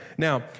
Now